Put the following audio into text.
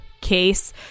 case